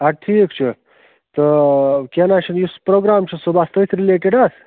اَدٕ ٹھیٖک چھُ تہٕ کیٚنٛہہ نہٕ حظ چھُنہٕ یُس پروگرام چھُ صُبَحس تٔتھۍ رِلیٹِڈ حظ